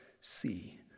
see